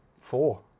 Four